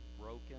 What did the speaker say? broken